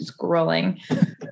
scrolling